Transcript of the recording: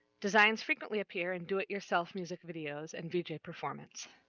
designs frequently appear in do-it-yourself music videos, and vj performance.